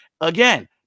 Again